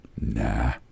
Nah